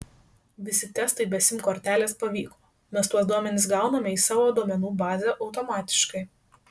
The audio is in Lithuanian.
visi testai be sim kortelės pavyko mes tuos duomenis gauname į savo duomenų bazę automatiškai